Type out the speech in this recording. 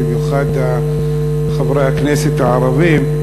במיוחד חברי הכנסת הערבים.